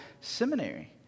seminary